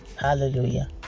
hallelujah